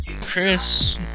Chris